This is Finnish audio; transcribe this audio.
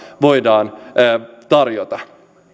voidaan tarjota